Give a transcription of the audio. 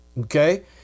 okay